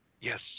Yes